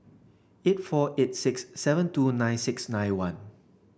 eight four eight six seven two nine six nine one